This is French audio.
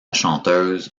chanteuse